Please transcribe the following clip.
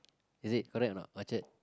is it correct or not Orchard